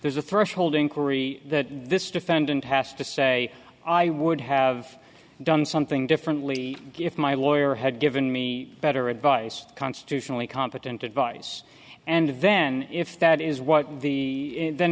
there's a threshold inquiry that this defendant has to say i would have done something differently if my lawyer had given me better advice constitutionally competent advice and then if that is what the then